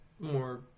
more